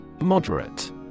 Moderate